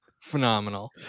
phenomenal